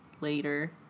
later